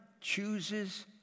chooses